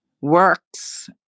works